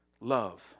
love